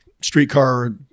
streetcar